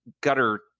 gutter